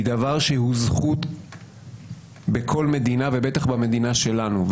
היא דבר שהוא זכות בכל מדינה ובטח במדינה שלנו,